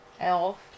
Elf